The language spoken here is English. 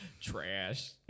Trash